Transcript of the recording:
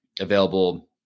available